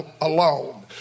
alone